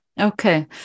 Okay